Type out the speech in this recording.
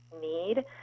need